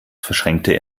verschränkte